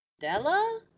Della